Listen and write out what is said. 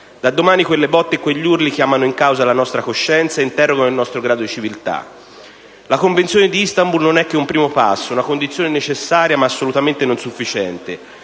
Da domani quelle botte e quegli urli chiamano in causa la nostra coscienza e interrogano il nostro grado civiltà. La Convenzione di Istanbul non è che un primo passo, una condizione necessaria, ma assolutamente non sufficiente.